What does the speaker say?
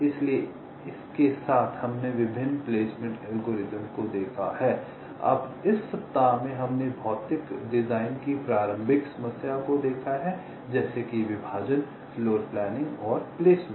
इसलिए इसके साथ हमने विभिन्न प्लेसमेंट एल्गोरिदम को देखा है अब इस सप्ताह में हमने भौतिक डिजाइन की प्रारंभिक समस्याओं को देखा है जैसे कि विभाजन फ्लोरप्लानिंग और प्लेसमेंट